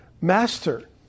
Master